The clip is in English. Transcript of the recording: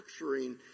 structuring